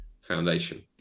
foundation